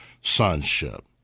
sonship